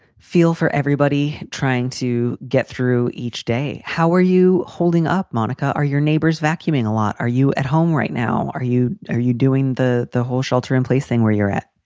feel for everybody trying to get through each day. how are you holding up, monica? are your neighbors vacuuming a lot? are you at home right now? are you? are you doing the the whole shelter-in-place thing where you're at?